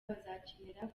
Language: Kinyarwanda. bazakenera